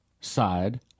side